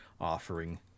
offering